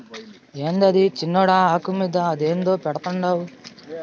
యాందది సిన్నోడా, ఆకు మీద అదేందో పెడ్తండావు